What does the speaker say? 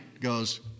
goes